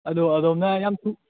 ꯑꯗꯣ ꯑꯗꯣꯝꯅ ꯌꯥꯝ ꯊꯨ